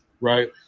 right